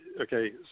okay